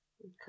Okay